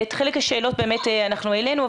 את חלק מהשאלות אנחנו העלינו,